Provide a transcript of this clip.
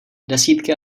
desítky